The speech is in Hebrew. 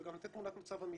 וגם לתת תמונת מצב אמיתית,